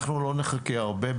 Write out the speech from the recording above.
אנחנו לא נחכה הרבה,